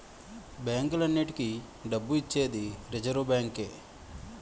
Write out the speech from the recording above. బ్యాంకులన్నింటికీ డబ్బు ఇచ్చేది రిజర్వ్ బ్యాంకే